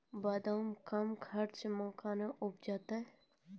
बादाम कम खर्च मे कैना उपजते?